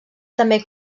també